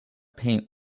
paint